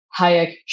Hayek